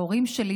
ההורים שלי,